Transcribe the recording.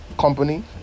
company